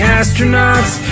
astronauts